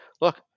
look